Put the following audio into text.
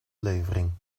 levering